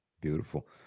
Beautiful